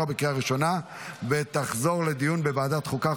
לוועדת החוקה,